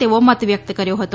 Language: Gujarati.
તેવો મત વ્યકત કર્યો હતો